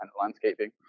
landscaping